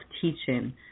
teaching